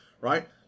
right